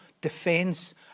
defence